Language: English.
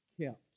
kept